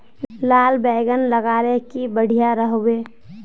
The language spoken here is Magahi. लार बैगन लगाले की बढ़िया रोहबे?